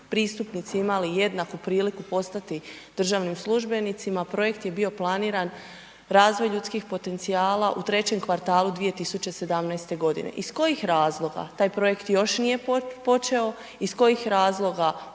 pristupnici imali jednaku priliku postati državnim službenicima. Projekt je bio planiran, razvoj ljudskih potencijala u 3. kvartalu 2017. g. iz kojih razloga taj projekt još nije počeo, iz kojih razloga,